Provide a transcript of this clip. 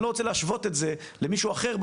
אני לא רוצה להשוות את זה למישהו אחר,